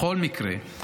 בכל מקרה,